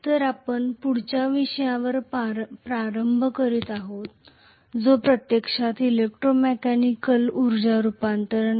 तर आपण पुढच्या विषयावर प्रारंभ करीत आहोत जो प्रत्यक्षात इलेक्ट्रोमेकॅनिकल ऊर्जा रूपांतरण आहे